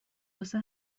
واسه